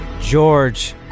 George